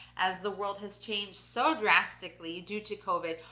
as the world has changed so drastically due to covid,